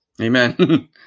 Amen